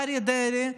אריה דרעי,